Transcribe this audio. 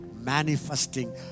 manifesting